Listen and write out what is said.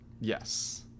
Yes